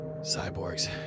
Cyborgs